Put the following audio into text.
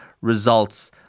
results